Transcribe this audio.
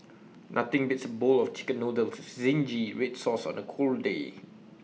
nothing beats A bowl of Chicken Noodles with Zingy Red Sauce on A cold day